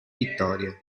vittorie